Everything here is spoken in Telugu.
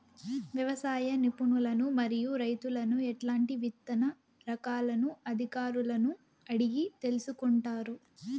వ్యవసాయ నిపుణులను మరియు రైతులను ఎట్లాంటి విత్తన రకాలను అధికారులను అడిగి తెలుసుకొంటారు?